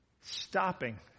stopping